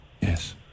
yes